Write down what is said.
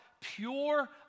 Pure